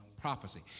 prophecy